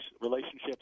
relationships